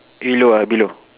yellow ah below